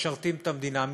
משרתים את המדינה,